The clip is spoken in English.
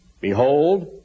behold